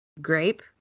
Grape